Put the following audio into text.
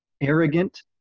arrogant